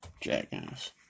jackass